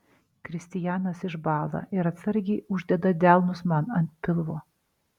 kristijanas išbąla ir atsargiai uždeda delnus man ant pilvo